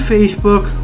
Facebook